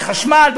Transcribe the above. בחשמל,